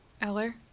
Eller